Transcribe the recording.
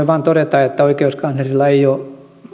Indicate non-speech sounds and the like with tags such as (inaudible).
(unintelligible) vain todeta että oikeuskanslerilla ei ole